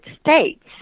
States